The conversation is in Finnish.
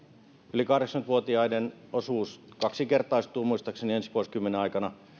yli kahdeksankymmentä vuotiaiden osuus kaksinkertaistuu muistaakseni ensi vuosikymmenen aikana